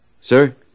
Sir